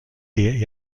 der